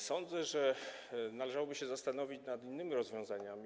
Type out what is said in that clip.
Sądzę, że należałoby się zastanowić nad innymi rozwiązaniami.